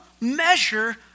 measure